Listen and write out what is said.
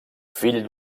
fill